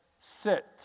sit